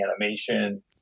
animation